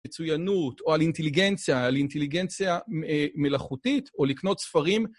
מצוינות או על אינטליגנציה, על אינטליגנציה מלאכותית או לקנות ספרים.